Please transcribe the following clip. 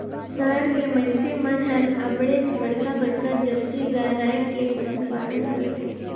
सहर के मइनसे मन हर अबड़ेच बड़खा बड़खा जरसी गाय रायख के पसुपालन करथे